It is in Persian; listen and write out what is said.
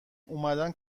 اومدن